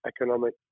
economic